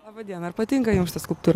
laba diena ar patinka jums šita skulptūra